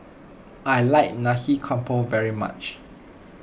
I like Nasi Campur very much